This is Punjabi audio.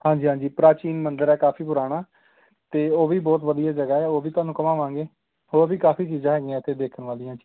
ਹਾਂਜੀ ਹਾਂਜੀ ਪ੍ਰਾਚੀਨ ਮੰਦਰ ਹੈ ਕਾਫ਼ੀ ਪੁਰਾਣਾ ਅਤੇ ਉਹ ਵੀ ਬਹੁਤ ਵਧੀਆ ਜਗ੍ਹਾ ਹੈ ਉਹ ਵੀ ਤੁਹਾਨੂੰ ਘੁੰਮਾਵਾਂਗੇ ਹੋਰ ਵੀ ਕਾਫ਼ੀ ਚੀਜ਼ਾਂ ਹੈਗੀਆਂ ਇੱਥੇ ਦੇਖਣ ਵਾਲੀਆਂ